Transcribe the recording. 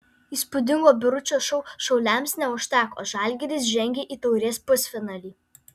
įspūdingo biručio šou šiauliams neužteko žalgiris žengė į taurės pusfinalį